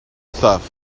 stuff